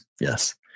Yes